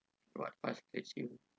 what frustrates you